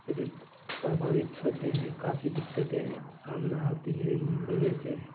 سبھی پربھاوت ہوتے ہیں کافی دقتیں سامنا ہوتی ہے ان وجہ سے